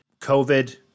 COVID